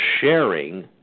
sharing